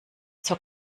zur